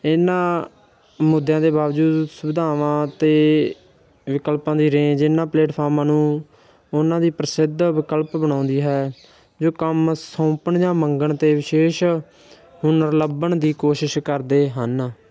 ਇਹਨਾਂ ਮੁੱਦਿਆਂ ਦੇ ਬਾਵਜੂਦ ਸੁਵਿਧਾਵਾਂ ਅਤੇ ਵਿਕਲਪਾਂ ਦੀ ਰੇਂਜ ਇਹਨਾਂ ਪਲੇਟਫਾਰਮਾਂ ਨੂੰ ਉਹਨਾਂ ਦੀ ਪ੍ਰਸਿੱਧ ਵਿਕਲਪ ਬਣਾਉਂਦੀ ਹੈ ਜੋ ਕੰਮ ਸੌਂਪਣ ਜਾਂ ਮੰਗਣ 'ਤੇ ਵਿਸ਼ੇਸ਼ ਹੁਨਰ ਲੱਭਣ ਦੀ ਕੋਸ਼ਿਸ਼ ਕਰਦੇ ਹਨ